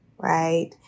right